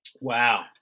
Wow